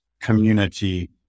community